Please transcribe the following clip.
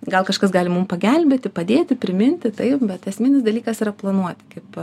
gal kažkas gali mum pagelbėti padėti priminti taip bet esminis dalykas yra planuoti kaip